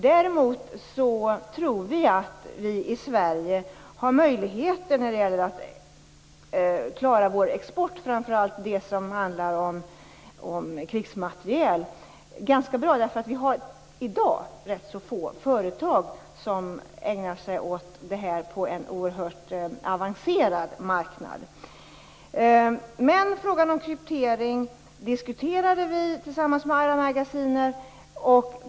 Däremot tror vi att Sverige har möjligheter att klara sin export - framför allt exporten av krigsmateriel - ganska bra. I dag finns det rätt så få företag som ägnar sig åt detta på en oerhört avancerad marknad. Vi diskuterade frågan om kryptering med Ira Magaziner.